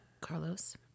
carlos